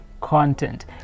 content